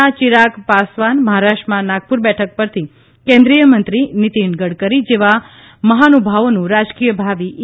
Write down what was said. ના ચિરાગ પાસવાન મહારાષ્ટ્રમાં નાગપુર બેઠક પરથી કેન્દ્રીયમંત્રી નિતીન ગડકરી જેવા મહાનુભાવોનું રાજકીય ભાવિ ઇ